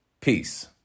Peace